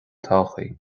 todhchaí